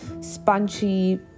Spongy